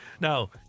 Now